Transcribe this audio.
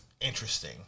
interesting